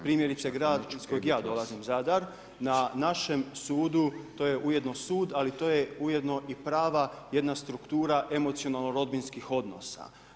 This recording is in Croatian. Primjerice grad iz kojeg ja dolazim, Zadar, na našem sudu, to je ujedno sud ali to je ujedno i prava jedna struktura emocionalno rodbinskih odnosa.